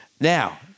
Now